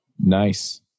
Nice